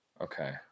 Okay